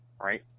right